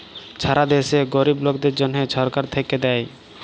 ছারা দ্যাশে গরিব লকদের জ্যনহ ছরকার থ্যাইকে দ্যায়